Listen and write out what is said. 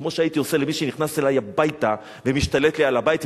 כמו שהייתי עושה למי שנכנס אלי הביתה ומשתלט לי על הבית,